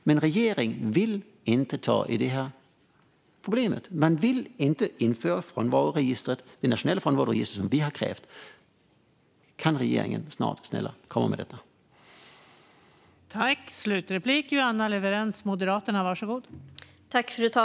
Men regeringen vill inte ta i problemet. Man vill inte införa det nationella frånvaroregister som vi har krävt. Kan regeringen vara snäll och komma med detta snart?